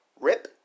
RIP